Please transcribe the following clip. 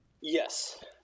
Yes